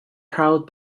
proud